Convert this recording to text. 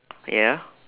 ya